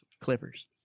clippers